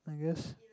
I guess